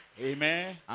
Amen